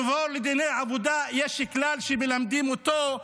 במבוא לדיני עבודה, יש כלל שמלמדים אותו.